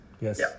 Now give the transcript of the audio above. yes